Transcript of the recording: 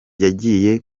yagiye